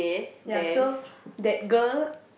ya so that girl